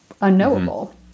unknowable